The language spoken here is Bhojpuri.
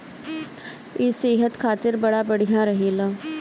इ सेहत खातिर बड़ा बढ़िया रहेला